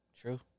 True